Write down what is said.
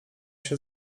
się